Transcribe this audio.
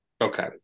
Okay